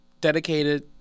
dedicated